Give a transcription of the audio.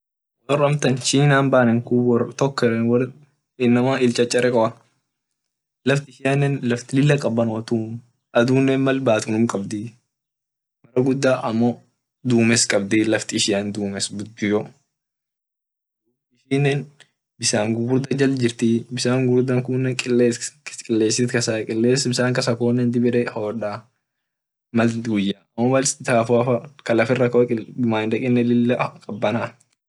Wor amtan china wor inama il chachareko laftinne laf lila kabanotuu adunne mal bat hinqabdii mara guda amo dumes qabd laft ishia dumes gudio qabd amine bisan gudio jal jirti bisan gugurda kunne kilesit kasa kaa kiles kunne dib ede hodaa mal guya faa amo mal safoa faa kaa lafira ko many dek hikabanaa.